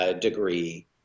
Degree